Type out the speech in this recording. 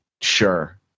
Sure